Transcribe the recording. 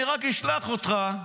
אני רק אשלח אותך,